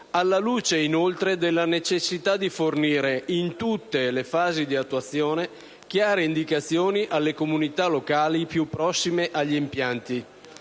alla luce, inoltre, della necessità di fornire, in tutte le fasi di attuazione, chiare indicazioni alle comunità locali più prossime agli impianti.